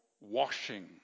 washing